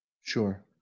Sure